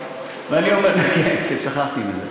שכחתי מזה.